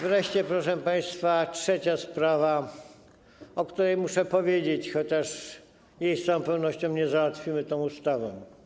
Wreszcie, proszę państwa, jest trzecia sprawa, o której muszę powiedzieć, chociaż jej z całą pewnością nie załatwimy tą ustawą.